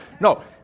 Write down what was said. No